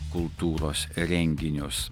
kultūros renginius